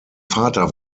vater